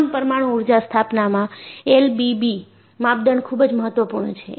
તમામ પરમાણુ ઉર્જા સ્થાપનામાં એલ બી બી માપદંડ ખૂબ જ મહત્વપૂર્ણ છે